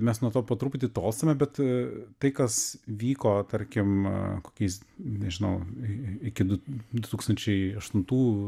mes nuo to po truputį tolstame bet tai kas vyko tarkim kokiais nežinau iki du du tūkstančiai aštuntų